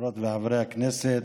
חברות וחברי הכנסת,